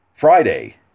Friday